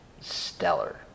stellar